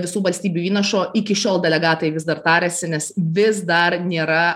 visų valstybių įnašo iki šiol delegatai vis dar tariasi nes vis dar nėra